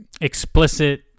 explicit